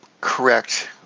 correct